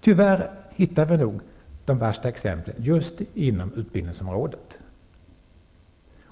Tyvärr hittar vi nog de värsta exemplen just inom utbildningsområdet.